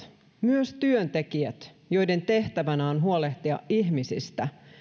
myös työntekijät joiden tehtävänä on huolehtia ihmisistä